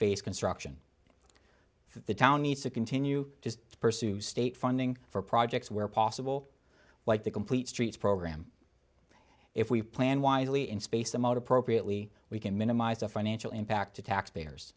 face construction for the town needs to continue to pursue state funding for projects where possible like the complete streets program if we plan wisely in space them out appropriately we can minimize the financial impact to taxpayers